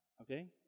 okay